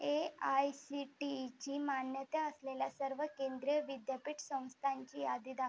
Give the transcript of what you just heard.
A I C T ईची मान्यता असलेल्या सर्व केंद्रीय विद्यापीठ संस्थांची यादी दाखवा